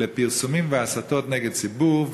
לפרסומים והסתות נגד ציבור,